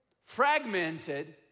fragmented